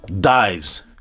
dives